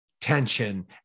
tension